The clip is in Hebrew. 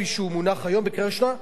כפי שהוא מונח היום לקריאה ראשונה,